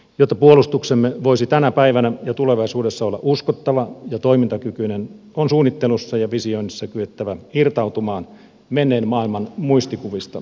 jotta puolustuksemme voisi tänä päivänä ja tulevaisuudessa olla uskottava ja toimintakykyinen on suunnittelussa ja visioinnissa kyettävä irtautumaan menneen maailman muistikuvista